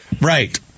Right